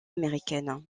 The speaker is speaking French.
américaine